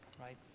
right